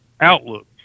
outlook